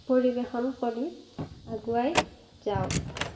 পৰিবেশন কৰি আগুৱাই যাওঁ